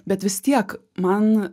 bet vis tiek man